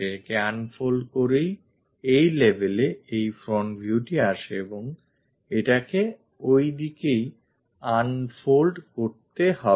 একে unfold করেই এই level এ এই front viewটি আসে এবং এটাকে ওই দিকেই unfold করতে হবে